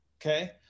Okay